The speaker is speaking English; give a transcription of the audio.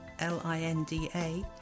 linda